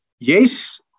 Yes